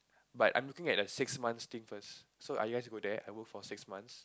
but I'm looking at the six month thing first so I just go there I work for six months